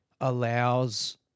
allows